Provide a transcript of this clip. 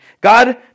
God